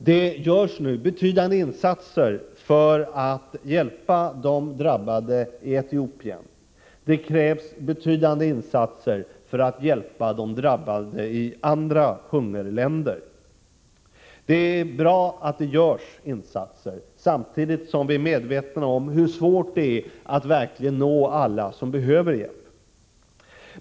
Det görs nu betydande insatser för att hjälpa de drabbade i Etiopien, och det krävs omfattande åtgärder för att hjälpa de drabbade i andra hungerländer. Det är bra att det görs insatser, men samtidigt är vi medvetna om hur svårt det är att verkligen nå alla som behöver hjälp.